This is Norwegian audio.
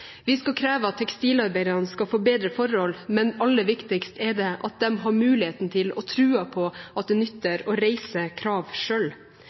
Vi skal kreve at tekstilarbeiderne skal få bedre forhold, men aller viktigst er det at de har muligheten til og troen på at det